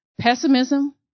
Pessimism